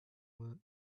will